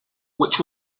which